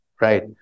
right